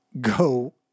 go